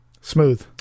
Smooth